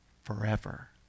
forever